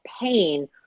pain